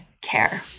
care